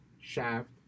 Shaft